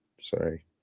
Sorry